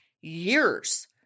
years